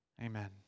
amen